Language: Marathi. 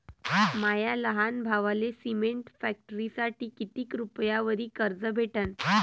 माया लहान भावाले सिमेंट फॅक्टरीसाठी कितीक रुपयावरी कर्ज भेटनं?